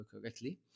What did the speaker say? correctly